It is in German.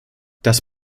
das